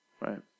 right